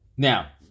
Now